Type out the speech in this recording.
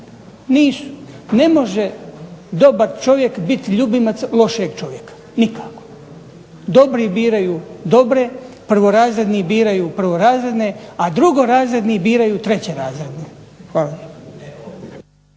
Ne može dobar čovjek biti ljubimac lošeg čovjeka nikako. Dobri biraju dobre, prvorazredni biraju prvorazredne, a drugorazredni biraju trećerazredne. Hvala